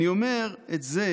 אני אומר את זה